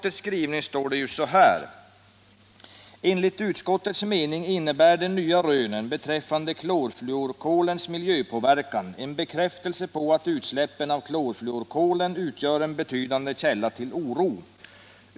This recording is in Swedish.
”Enligt utskottets mening innebär de nya rönen beträffande klorfluorkolens miljöpåverkan en bekräftelse på att utsläppen av klorfluorkolen utgör en betydande källa till oro.